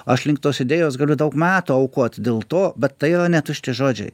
aš link tos idėjos galiu daug metų aukoti dėl to bet tai yra ne tušti žodžiai